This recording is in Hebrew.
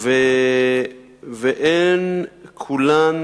והן כולן